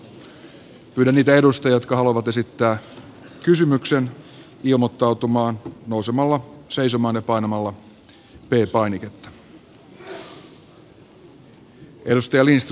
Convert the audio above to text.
pyydän niitä edustajia jotka haluavat esittää kysymyksen ilmoittautumaan nousemalla seisomaan ja painamalla p painiketta